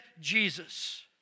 Jesus